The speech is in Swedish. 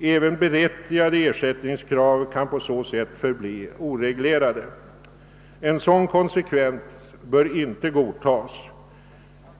Även berättigade ersättningskrav kan på så sätt förbli oreglerade. En sådan konsekvens bör inte godtas.